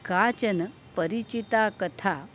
काचन परिचिता कथा